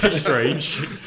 strange